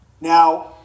now